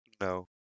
No